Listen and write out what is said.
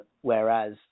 Whereas